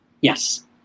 Yes